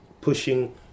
pushing